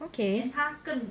okay